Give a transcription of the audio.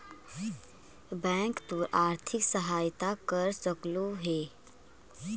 bank तोर आर्थिक सहायता कर सकलो हे